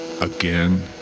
Again